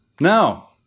Now